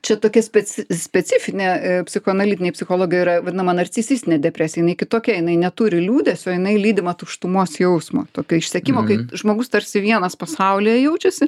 čia tokia speci specifinė psichoanalitinėj psichologijoj yra vadinama narcisistinė depresija jinai kitokia jinai neturi liūdesio jinai lydima tuštumos jausmo tokio išsekimo kad žmogus tarsi vienas pasaulyje jaučiasi